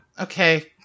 Okay